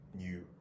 new